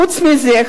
חוץ מזה,